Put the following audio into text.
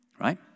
right